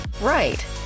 Right